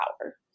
power